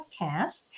podcast